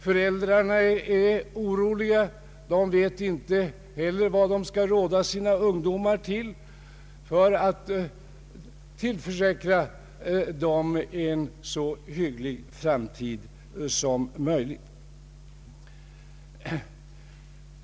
Föräldrarna är oroliga; de vet inte vad de skall råda sina ungdomar för att tillförsäkra dem en så hygglig framtid som möjligt.